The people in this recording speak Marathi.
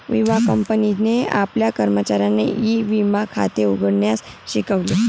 विमा कंपनीने आपल्या कर्मचाऱ्यांना ई विमा खाते उघडण्यास शिकवले